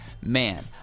man